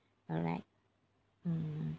alright mm